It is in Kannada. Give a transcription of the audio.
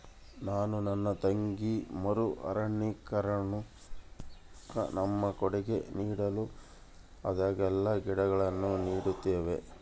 ನಾನು ನನ್ನ ತಂಗಿ ಮರು ಅರಣ್ಯೀಕರಣುಕ್ಕ ನಮ್ಮ ಕೊಡುಗೆ ನೀಡಲು ಆದಾಗೆಲ್ಲ ಗಿಡಗಳನ್ನು ನೀಡುತ್ತಿದ್ದೇವೆ